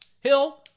Hill